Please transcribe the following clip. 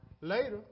later